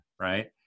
right